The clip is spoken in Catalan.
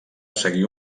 seguir